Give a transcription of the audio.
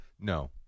No